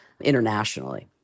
internationally